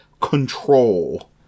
control